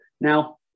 Now